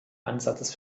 ansatzes